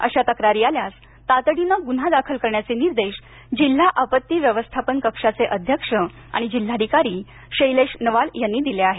अशा तक्रारी आल्यास तातडीने गुन्हा दाखल करण्याचे निर्देश जिल्हा आपत्ती व्यवस्थापन कक्षाचे अध्यक्ष आणि जिल्हाधिकारी शैलेश नवाल यांनी दिले आहेत